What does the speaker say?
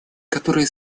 которые